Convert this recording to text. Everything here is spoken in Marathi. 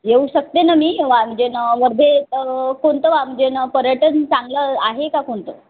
येऊ शकते ना मी वर्धेत कोणतं पर्यटन चांगलं आहे का कोणतं